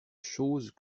choses